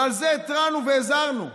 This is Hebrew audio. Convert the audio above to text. ועל זה התרענו והזהרנו,